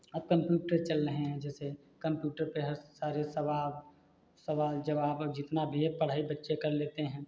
अब कम्प्यूटर चल रहे हैं जैसे कम्प्यूटर पे हर सारे सवाल सवाल जवाब और जितना भी है पढ़ाई बच्चे कर लेते हैं